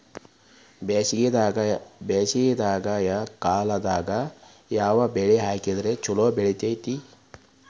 ಬ್ಯಾಸಗಿ ಕಾಲದಾಗ ಯಾವ ಬೆಳಿ ಹಾಕಿದ್ರ ಛಲೋ ಬೆಳಿತೇತಿ?